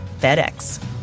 FedEx